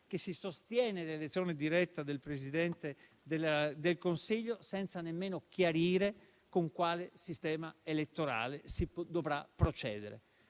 che si sostiene l'elezione diretta del Presidente del Consiglio senza nemmeno chiarire con quale sistema elettorale si dovrà procedere.